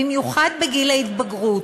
במיוחד בגיל ההתבגרות,